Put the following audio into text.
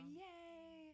yay